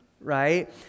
right